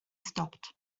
stopped